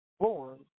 born